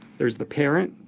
there's the parent,